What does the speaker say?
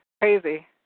Crazy